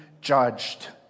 judged